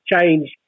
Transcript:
change